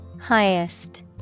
Highest